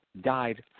died